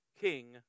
King